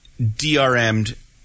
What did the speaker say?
DRM'd